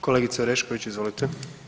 Kolegice Orešković, izvolite.